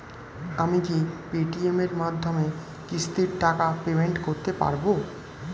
আমি কি Paytm এর মাধ্যমে কিস্তির টাকা পেমেন্ট করতে পারব?